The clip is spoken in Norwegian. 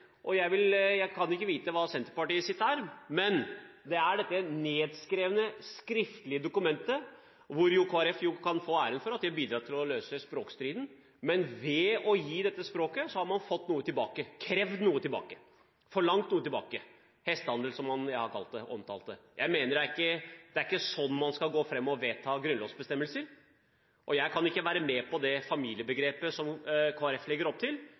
slik. Jeg kan ikke vite hva Senterpartiets standpunkt er, men så er det det skriftlige, nedskrevne dokumentet. Kristelig Folkeparti kan få æren for at de har bidratt til å løse språkstriden, men ved å gi noe i forbindelse med språket har man fått, krevd og forlangt noe tilbake – en hestehandel, som jeg har omtalt det som. Jeg mener at det ikke er slik man skal gå fram for å vedta grunnlovsbestemmelser. Jeg kan ikke være med på det familiebegrepet som Kristelig Folkeparti legger opp til.